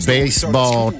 Baseball